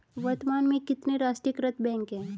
वर्तमान में कितने राष्ट्रीयकृत बैंक है?